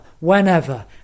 whenever